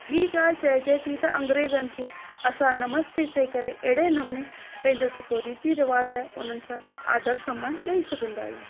ॿीं ॻाल्हि चइजे थी त अंग्रेजनि खे असां नमस्ते चई करे अहिड़े नमूने पंहिंजो जेको रीती रिवाज़ु आहे हुननि सां गॾु आदर सम्मान ॾेई सघंदा आहियूं